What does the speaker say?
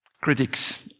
critics